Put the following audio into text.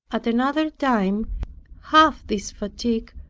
at another time half this fatigue,